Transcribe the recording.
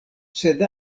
sed